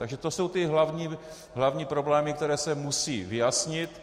Takže to jsou ty hlavní problémy, které se musí vyjasnit.